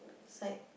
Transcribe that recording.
sad